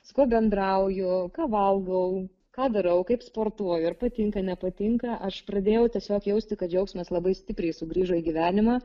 su kuo bendrauju ką valgau ką darau kaip sportuoju ar patinka nepatinka aš pradėjau tiesiog jausti kad džiaugsmas labai stipriai sugrįžo į gyvenimą